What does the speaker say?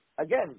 again